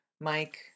Mike